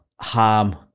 harm